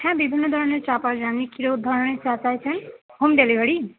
হ্যাঁ বিভিন্ন ধরনের চা পাওয়া যায় আপনি কিরম ধরনের চা চাইছেন হোম ডেলিভারি